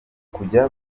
kujya